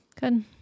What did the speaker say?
Good